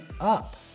up